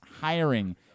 hiring